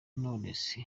knowless